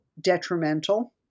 detrimental